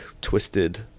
twisted